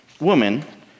woman